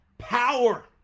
power